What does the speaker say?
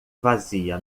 vazia